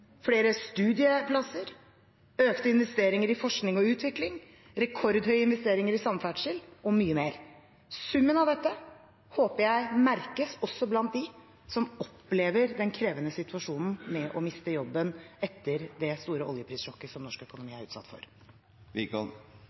flere studieplasser, økte investeringer i forskning og utvikling, rekordhøye investeringer i samferdsel og mye mer. Summen av dette håper jeg merkes også blant dem som opplever den krevende situasjonen det er å miste jobben etter det store oljeprissjokket som norsk økonomi er utsatt